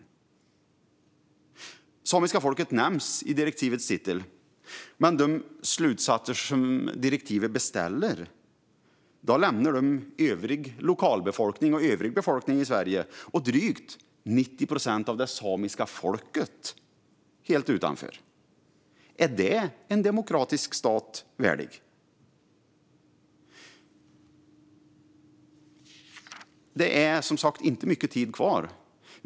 Det samiska folket nämns i direktivets titel, men de slutsatser som direktivet beställer lämnar övrig lokalbefolkning, övrig befolkning i Sverige och drygt 90 procent av det samiska folket helt utanför. Är det värdigt en demokratisk stat? Det är som sagt inte mycket tid kvar.